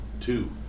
Two